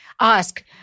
ask